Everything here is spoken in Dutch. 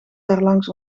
daarlangs